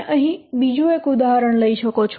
તમે અહીં બીજું એક ઉદાહરણ લઈ શકો છો